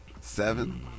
seven